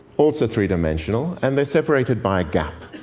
also three-dimensional, and they're separated by a gap.